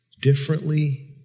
differently